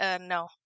no